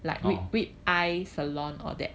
orh